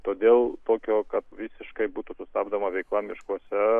todėl tokio kad visiškai būtų stabdoma veikla miškuose